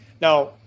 Now